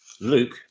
Luke